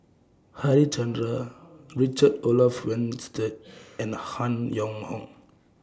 Harichandra Richard Olaf Winstedt and Han Yong Hong